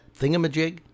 thingamajig